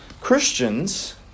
Christians